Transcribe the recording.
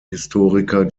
historiker